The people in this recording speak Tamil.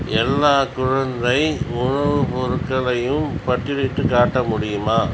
எல்லா குழந்தை உணவு பொருட்களையும் பட்டியலிட்டுக் காட்ட முடியுமா